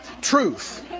truth